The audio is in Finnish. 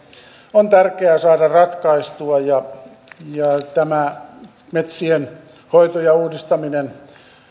on tärkeää saada ratkaistua ja metsien hoidossa ja uudistamisessa